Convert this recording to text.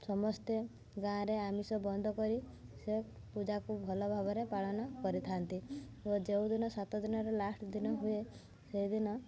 ସମସ୍ତେ ଗାଁରେ ଆମିଷ ବନ୍ଦ କରି ସେ ପୂଜାକୁ ଭଲ ଭାବରେ ପାଳନ କରିଥାନ୍ତି ଓ ଯେଉଁ ଦିନ ସାତ ଦିନର ଲାଷ୍ଟ୍ ଦିନ ହୁଏ ସେଇ ଦିନ